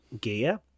gear